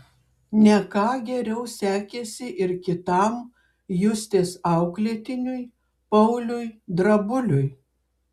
ne ką geriau sekėsi ir kitam justės auklėtiniui pauliui drabuliui